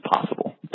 possible